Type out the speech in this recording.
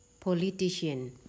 Politician